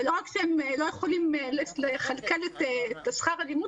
ולא רק שהם לא יכולים לכלכל את שכר הלימוד